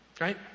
Right